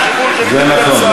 זה נכון,